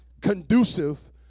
conducive